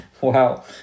Wow